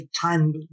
time